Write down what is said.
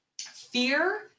fear